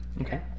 Okay